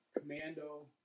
Commando